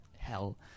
hell